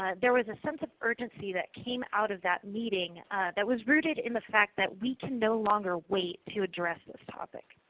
ah there was a sense of urgency that came out of that meeting that was rooted in the fact that we can no longer wait to address the topic.